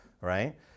right